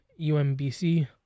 UMBC